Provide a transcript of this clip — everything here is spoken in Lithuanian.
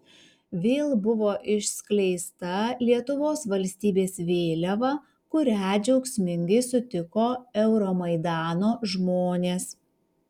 vėl buvo išskleista lietuvos valstybės vėliava kurią džiaugsmingai sutiko euromaidano žmonės